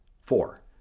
Four